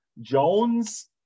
Jones